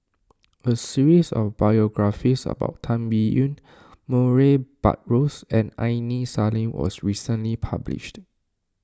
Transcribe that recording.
a series of biographies about Tan Biyun Murray Buttrose and Aini Salim was recently published